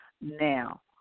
Now